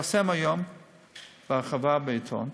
התפרסמו היום בהרחבה בעיתון.